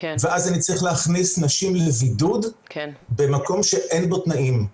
ואז אני צריך להכניס נשים לבידוד במקום שאין בו תנאים.